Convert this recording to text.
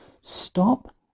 stop